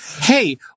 Hey